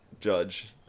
judge